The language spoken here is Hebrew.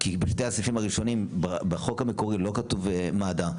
כי בשני הסעיפים הראשונים בחוק המקורי לא כתוב מד"א,